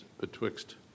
betwixt